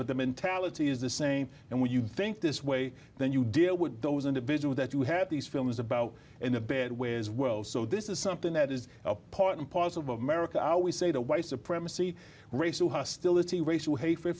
but the mentality is the same and when you think this way then you deal with those individuals that you had these films about in the bed with world so this is something that is part and parcel of america i always say the white supremacy racial hostility racial hatred